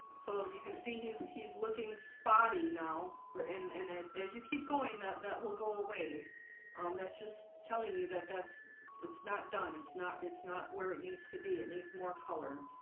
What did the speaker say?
so you can see he's he's looking spotty now but and and and as you keep going that that will go away um, that's just telling you that that's it's not done. it's not it's not where it needs to be. it needs more color